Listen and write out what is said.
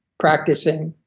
practicing,